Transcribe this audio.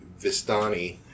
Vistani